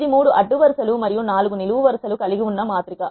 ఇది 3 అడ్డు వరు సలు మరియు 4 నిలువు వరు సలు కలిగి ఉన్న మాత్రిక